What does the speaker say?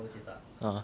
(uh huh)